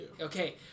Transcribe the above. Okay